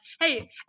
Hey